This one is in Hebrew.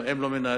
הם לא מנהלים.